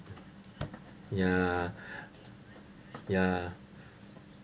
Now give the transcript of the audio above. ya ya